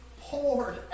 poured